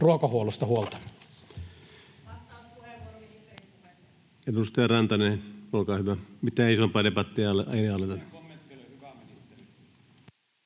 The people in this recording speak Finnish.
ruokahuollosta huolta.